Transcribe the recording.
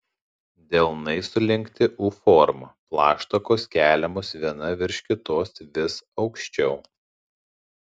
delnai sulenkti u forma plaštakos keliamos viena virš kitos vis aukščiau